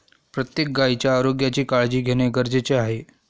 प्रत्येक गायीच्या आरोग्याची काळजी घेणे गरजेचे आहे